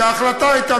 שההחלטה הייתה,